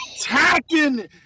attacking